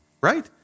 right